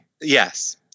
Yes